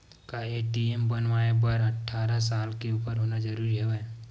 का ए.टी.एम बनवाय बर अट्ठारह साल के उपर होना जरूरी हवय?